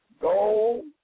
Gold